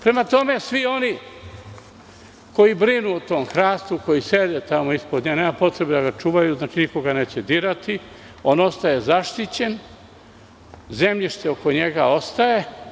Prema tome, svi oni koji brinu o tom hrastu, koji sede tamo ispod njega, nema potrebe da ga čuvaju, niko ga neće dirati, on ostaje zaštićen, zemljište oko njega ostaje.